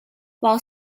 while